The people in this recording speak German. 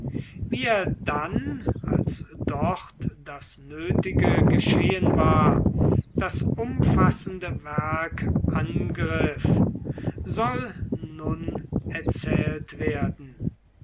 wie er dann als dort das nötige geschehen war das umfassende werk angriff soll nun erzählt werden